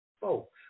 folks